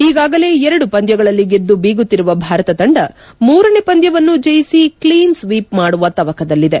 ಈಗಾಗಲೇ ಎರಡು ಪಂದ್ಯಗಳಲ್ಲಿ ಗೆದ್ದು ಬೀಗುತ್ತಿರುವ ಭಾರತ ತಂಡ ಮೂರನೇ ಪಂದ್ಯವನ್ನೂ ಜಯಿಸಿ ಕ್ಲೀನ್ ಸ್ನೀಪ್ ಮಾಡುವ ತವಕದಲ್ಲಿದೆ